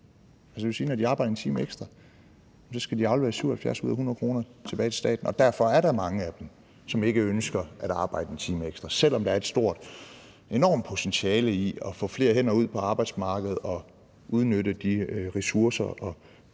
at når de arbejder en time ekstra, skal de aflevere 77 kr. ud af 100 kr. tilbage til staten, og derfor er der mange af dem, som ikke ønsker at arbejde en time ekstra, selv om der er et enormt potentiale i at få flere hænder ud på arbejdsmarkedet og udnytte de ressourcer i